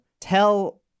tell